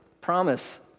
promise